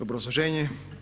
Obrazloženje.